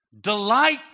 delight